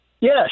Yes